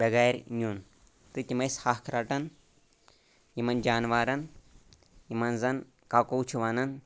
بیٚگارِ نِیُن تہٕ تِم ٲسۍ حق رَٹان یِمن جاناوارن یِمن زَن کَکو چھِ وَنان